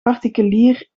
particulier